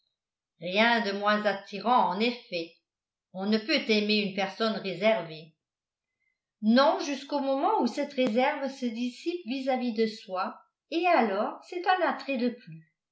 rien de moins attirant en effet on ne peut aimer une personne réservée non jusqu'au moment où cette réserve se dissipe vis-à-vis de soi et alors c'est un attrait de plus